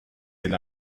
del